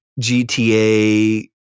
GTA